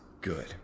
good